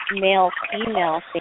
male-female